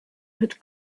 had